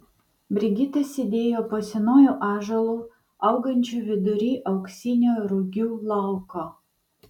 brigita sėdėjo po senuoju ąžuolu augančiu vidury auksinio rugių lauko